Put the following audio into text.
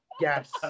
Yes